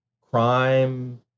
crime